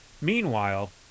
Meanwhile